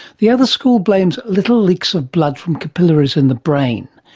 the other school blames little leaks of blood from capillaries in the brain.